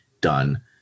done